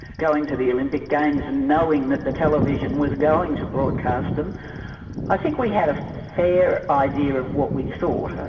going to the olympic games and knowing that the television was going to broadcast them i think we had a fair idea of what we thought,